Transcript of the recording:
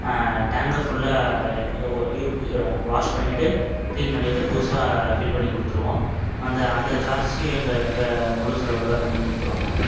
டேங்க்கை ஃபுல்லாக வாஷ் பண்ணிட்டு கிளீன் பண்ணிட்டு புதுசாக ஃபில் பண்ணி கொடுத்துருவோம் அந்த அந்த சார்ஜஸ்ஸையும் எங்கள் எங்கள் முழு செலவில் தான் பண்ணி கொடுத்துருவாங்க